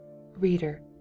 Reader